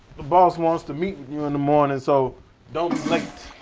the boss wants to meet with you in the morning, so don't like